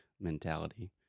mentality